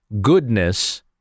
goodness